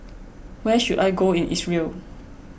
where should I go in Israel